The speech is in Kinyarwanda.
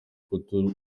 kuko